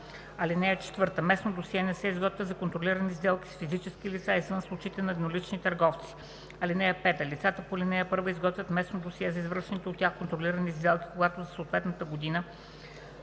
дейности. (4) Местно досие не се изготвя за контролирани сделки с физически лица извън случаите на еднолични търговци. (5) Лицата по ал. 1 изготвят местно досие за извършваните от тях контролирани сделки, когато за съответната година: